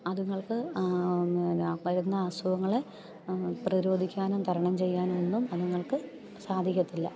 അത്ങ്ങൾക്ക് പിന്നെ വരുന്ന അസുഖങ്ങളെ പ്രതിരോധിക്കാനും തരണം ചെയ്യാനൊന്നും അത്ങ്ങൾക്ക് സാധിക്കത്തില്ല